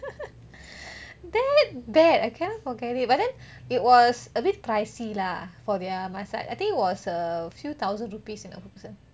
that bad I cannot forget it but then it was a bit pricey lah for their massage I think it was a few thousand rupees you know person